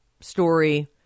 story